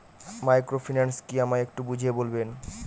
Microfinance কি আমায় একটু বুঝিয়ে বলবেন?